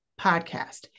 podcast